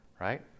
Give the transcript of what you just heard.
right